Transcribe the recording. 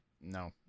no